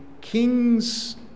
king's